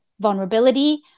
vulnerability